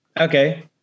Okay